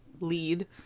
lead